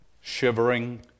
shivering